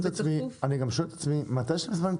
ההתראה ובכלל זה את הפגמים שנכללו בה.